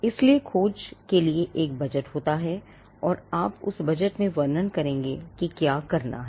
इसलिए खोज के लिए एक बजट है और आप उस बजट में वर्णन करेंगे कि क्या करना है